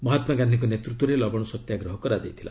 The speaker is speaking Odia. ମହାତ୍ମାଗାନ୍ଧିଙ୍କ ନେତୃତ୍ୱରେ ଲବଣ ସତ୍ୟାଗ୍ରହ କରାଯାଇଥିଲା